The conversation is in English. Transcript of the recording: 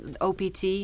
OPT